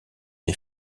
des